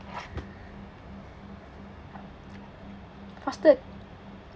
faster